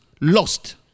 lost